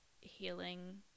healing